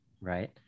right